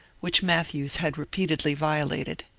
which matthews had repeatedly violated.